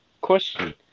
Question